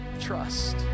trust